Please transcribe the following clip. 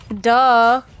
Duh